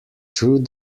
through